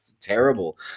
terrible